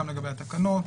גם לגבי התקנות.